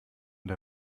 der